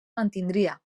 mantindria